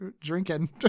drinking